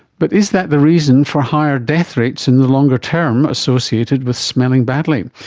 but is that the reason for higher death rates in the longer term associated with smelling badly?